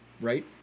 right